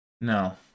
no